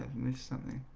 missed something.